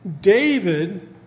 David